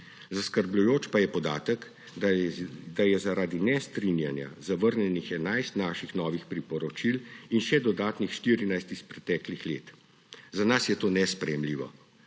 Zaskrbljujoč pa je podatek, da je zaradi nestrinjanja zavrnjenih 11 naših novih priporočil in še dodatnih 14 iz preteklih let. Za nas je to nesprejemljivo.